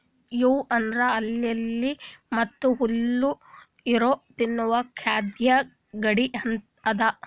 M ಅಂದುರ್ lily ಮತ್ತ ಹುಲ್ಲು ಇರೊ ತಿನ್ನುವ ಖಾದ್ಯ ಗಡ್ಡೆ ಅದಾ